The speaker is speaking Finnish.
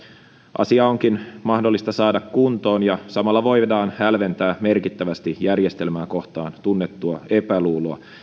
asia onkin mahdollista saada kuntoon ja samalla voidaan hälventää merkittävästi järjestelmää kohtaan tunnettua epäluuloa